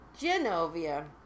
Genovia